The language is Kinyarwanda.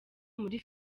muri